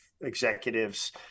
executives